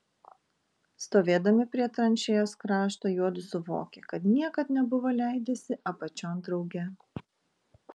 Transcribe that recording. stovėdami prie tranšėjos krašto juodu suvokė kad niekad nebuvo leidęsi apačion drauge